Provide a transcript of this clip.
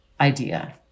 idea